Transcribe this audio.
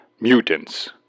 Mutants